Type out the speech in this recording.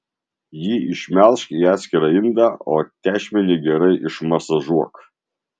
jį išmelžk į atskirą indą o tešmenį gerai išmasažuok